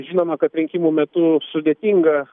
žinoma kad rinkimų metu sudėtinga